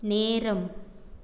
நேரம்